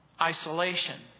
Isolation